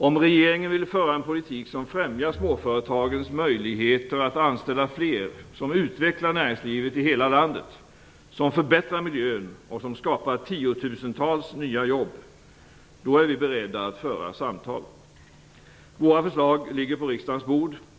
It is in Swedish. Om regeringen vill föra en politik som främjar småföretagens möjligheter att anställa fler, som utvecklar näringslivet i hela landet, som förbättrar miljön och som skapar tiotusentals nya jobb är vi beredda att föra samtal. Våra förslag ligger på riksdagens bord.